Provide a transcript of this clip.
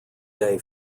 day